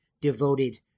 devoted